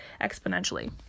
exponentially